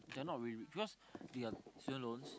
they are not really rich because they have student loans